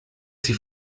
sie